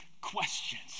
questions